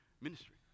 ministry